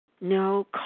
No